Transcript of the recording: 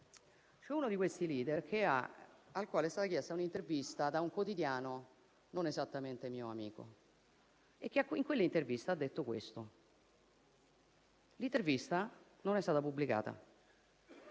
C'è uno di questi *leader*, al quale è stata chiesta un'intervista da un quotidiano non esattamente mio amico e che in quell'intervista ha detto questo. L'intervista non è stata pubblicata.